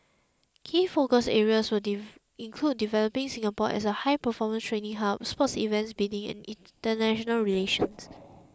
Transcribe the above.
key focus areas will include developing Singapore as a high performance training hub sports events bidding and international relations